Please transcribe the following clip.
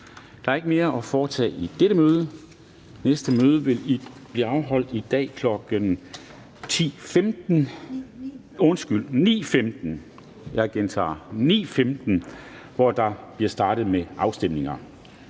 Der er ikke mere at foretage i dette møde. Det næste møde vil bliver afholdt i dag kl. 9.15, hvor der bliver startet med afstemninger.